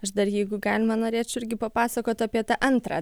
aš dar jeigu galima norėčiau irgi papasakot apie tą antrą